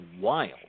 wild